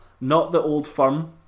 not-the-old-firm